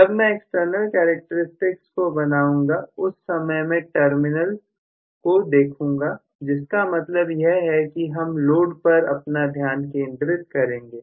जब मैं external characteristics को बनाऊंगा उस समय मैं टर्मिनल को देखूंगा जिसका मतलब यह है कि हम लोड पर अपना ध्यान केंद्रित करेंगे